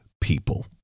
people